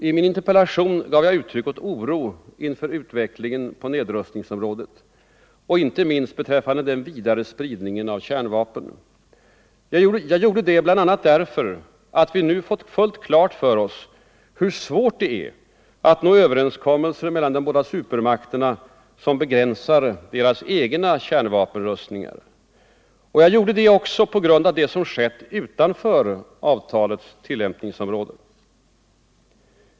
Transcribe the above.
I min interpellation gav jag uttryck åt oro inför utvecklingen på nedrustningsområdet och inte minst beträffande den vidare spridningen av kärnvapen. Jag gjorde det bl.a. därför att vi nu fått klart för oss hur svårt det är att nå överenskommelser mellan de båda supermakterna som begränsar deras egna kärnvapenrustningar. Och jag gjorde det också på grund av det som skett utanför avtalets tillämpningsområde.